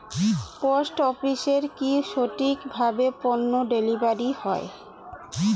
Post অফিসে কি সঠিক কিভাবে পন্য ডেলিভারি হয়?